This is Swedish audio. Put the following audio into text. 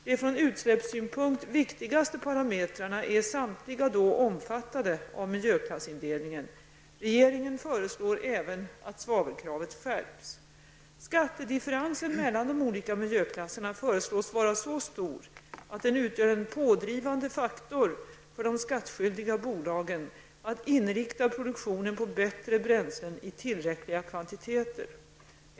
De från utsläppssynpunkt viktigaste parametrarna är samtliga då omfattade av miljöklassindelningen. Regeringen föreslår även att svavelkravet skärps. Skattedifferensen mellan de olika miljöklasserna föreslås vara så stor att den utgör en pådrivande faktor för de skattskyldiga bolagen att inrikta produktionen på bättre bränslen i tillräckliga kvantiteter.